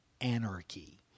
anarchy